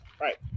Right